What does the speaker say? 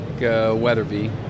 Weatherby